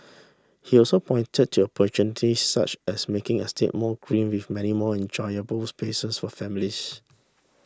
he also pointed to opportunities such as making estates more green with many more enjoyable spaces for families